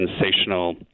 sensational